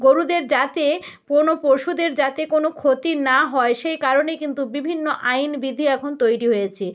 গরুদের যাতে কোনও পশুদের যাতে কোনও ক্ষতি না হয় সে কারণেই কিন্তু বিভিন্ন আইন বিধি এখন তৈরী হয়েছে